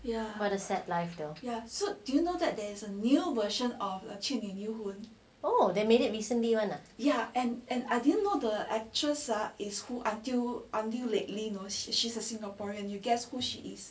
ya but the sad life though ya oh then made it recently you one lah ya